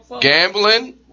gambling